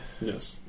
Yes